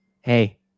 Hey